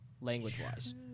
language-wise